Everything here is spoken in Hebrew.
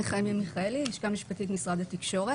אני מהלשכה המשפטית, משרד התקשורת.